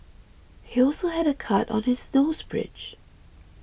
he also had a cut on his nose bridge